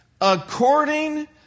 according